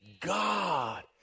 God